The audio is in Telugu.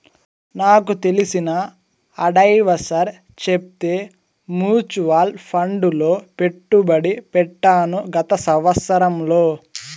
నాకు తెలిసిన అడ్వైసర్ చెప్తే మూచువాల్ ఫండ్ లో పెట్టుబడి పెట్టాను గత సంవత్సరంలో